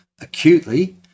acutely